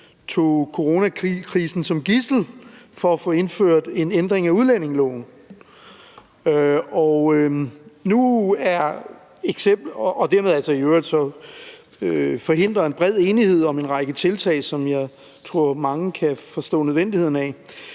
tog coronakrisen som gidsel for at få indført en ændring af udlændingeloven og dermed forhindrede en bred enighed om en række tiltag, som jeg tror mange kan forstå nødvendigheden af.